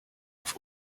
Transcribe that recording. auf